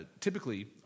typically